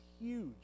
huge